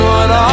one